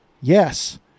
yes